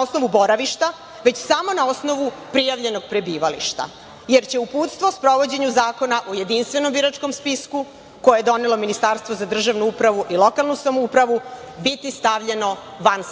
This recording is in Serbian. osnovu boravišta već samo na osnovu prijavljenog prebivališta, jer će Uputstvo u sprovođenju Zakona o Jedinstvenom biračkom spisku, koje je donelo Ministarstvo za državnu upravu i lokalnu samoupravu, biti stavljeno van